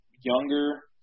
younger